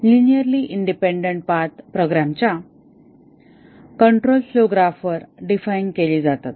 linearly independent path प्रोग्रामच्या control flow graph वर define केले जातात